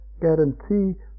guarantee